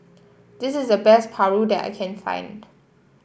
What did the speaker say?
this is the best Paru that I can find